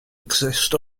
exist